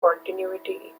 continuity